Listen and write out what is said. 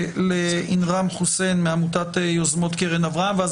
ולאנראם חוסיין, מעמותת יוזמות קרן אברהם, ואז